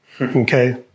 Okay